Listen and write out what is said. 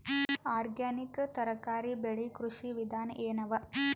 Organic ತರಕಾರಿ ಬೆಳಿ ಕೃಷಿ ವಿಧಾನ ಎನವ?